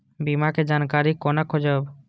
बीमा के जानकारी कोना खोजब?